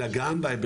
אלא גם בהיבטים